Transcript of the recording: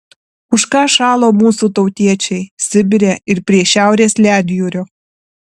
už ką šalo mūsų tautiečiai sibire ir prie šiaurės ledjūrio